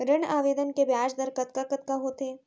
ऋण आवेदन के ब्याज दर कतका कतका होथे?